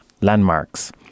Landmarks